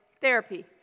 therapy